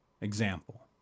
Example